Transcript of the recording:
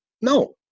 No